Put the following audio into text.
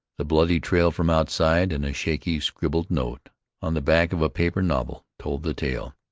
the bloody trail from outside and a shaky, scribbled note on the back of a paper novel told the tale.